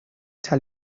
tell